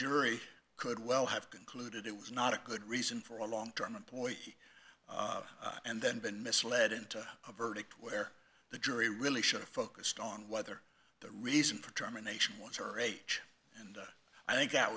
jury could well have concluded it was not a good reason for a long term employee and then been misled into a verdict where the jury really should've focused on whether the reason for terminations was her age and i think that